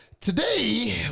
Today